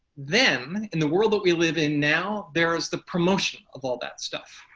then, in the world that we live in now, there is the promotion of all that stuff.